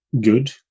good